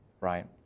right